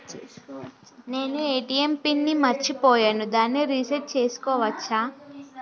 నేను ATM PIN ని మరచిపోయాను దాన్ని రీ సెట్ చేసుకోవచ్చా?